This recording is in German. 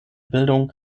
bildung